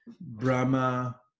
Brahma